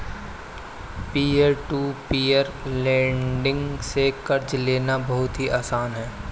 peer to peer lending से कर्ज लेना बहुत ही आसान है